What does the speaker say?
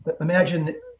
imagine